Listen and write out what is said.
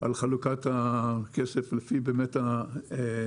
על חלוקת הכסף לפי הצרכים.